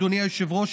אדוני היושב-ראש,